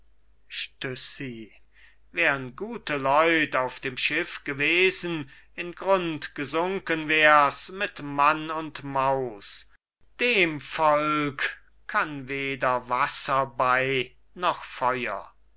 wärn gute leute auf dem schiff gewesen in grund gesunken wär's mit mann und maus dem volk kann weder wasser bei noch feuer